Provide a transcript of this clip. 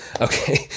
Okay